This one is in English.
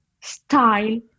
style